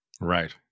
Right